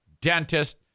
dentist